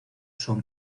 son